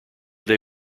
they